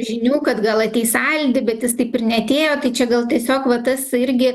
žinių kad gal ateis aldi bet jis taip ir neatėjo tai čia gal tiesiog va tas irgi